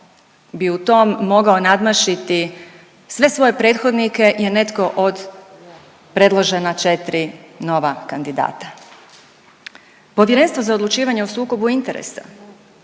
bi u tom mogao nadmašiti sve svoje prethodnike je netko od predložena 4 nova kandidata. Povjerenstvo za odlučivanje o sukobu interesa